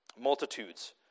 Multitudes